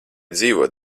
dzīvot